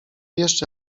jeszcze